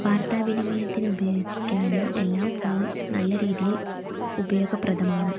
വാർത്താവിനിമയത്തിന് ഉപയോഗിക്കാനും എല്ലാം ഫോൺ നല്ല രീതിയിൽ ഉപയോഗപ്രദമാണ്